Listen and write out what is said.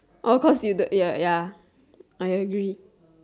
of course you don't ya I agree